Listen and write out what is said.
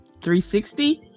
360